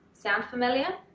sound familiar?